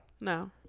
No